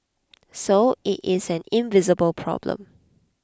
so it is an invisible problem